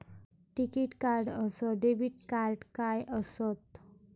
टिकीत कार्ड अस debit card काय असत?